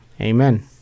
Amen